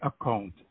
account